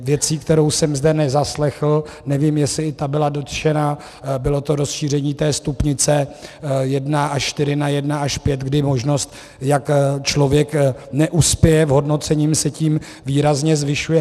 Věc, kterou jsem zde nezaslechl, nevím, jestli i ta byla dotčena, bylo rozšíření stupnice 1 až 4 na 1 až 5, kdy možnost, jak člověk neuspěje v hodnocení, se tím výrazně zvyšuje.